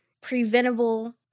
preventable